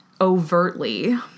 overtly